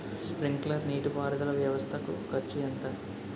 Sprinkler నీటిపారుదల వ్వవస్థ కు ఖర్చు ఎంత?